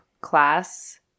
class